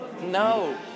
No